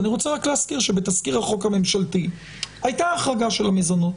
ואני רוצה רק להזכיר שבתזכיר החוק הממשלתי הייתה החרגה של המזונות,